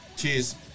cheers